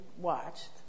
watched